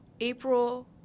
April